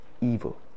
evil